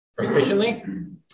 proficiently